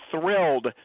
thrilled